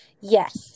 Yes